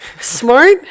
smart